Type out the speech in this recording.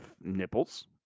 nipples